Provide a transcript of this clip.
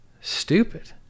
stupid